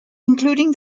including